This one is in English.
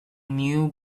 knew